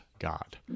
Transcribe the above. god